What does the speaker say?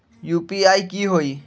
UPI की होई?